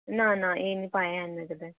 ना ना एह् निं पायां ऐं मेरे डब्बै